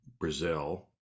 brazil